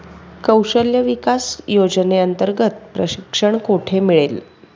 कौशल्य विकास योजनेअंतर्गत प्रशिक्षण कुठे मिळेल?